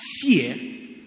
fear